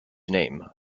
name